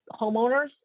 homeowners